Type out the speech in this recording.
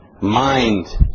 Mind